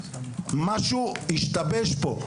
משהו השתבש פה,